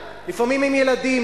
לפעמים הם ילדים,